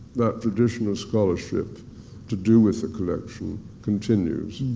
that tradition of scholarship to do with the collection continues.